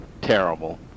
terrible